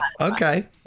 Okay